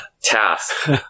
task